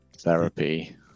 therapy